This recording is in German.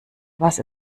was